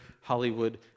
Hollywood